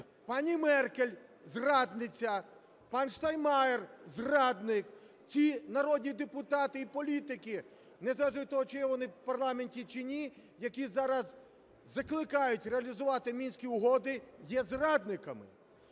Пані Меркель зрадниця, пан Штайнмайєр зрадник, ті народні депутати і політики, незважаючи на те, чи є вони в парламенті, чи ні, які зараз закликають реалізувати Мінські угоди, є зрадниками.